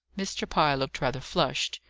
mr. pye looked rather flushed.